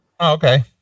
Okay